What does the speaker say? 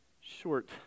short